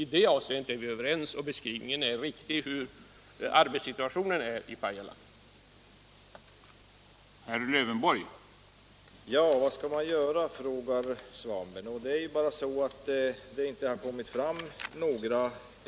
I det avseendet är vi överens, och beskrivningen av arbetssituationen i Pajala är riktig.